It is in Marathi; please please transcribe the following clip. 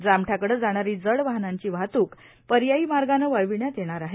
जामठाकडं जाणारी जड वाहनांची वाहतूक पर्यायी मार्गानं वळविण्यात येणार आहे